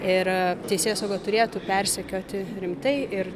ir teisėsauga turėtų persekioti rimtai ir